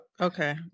okay